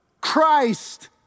Christ